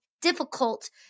difficult